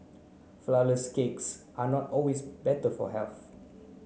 flour less cakes are not always better for health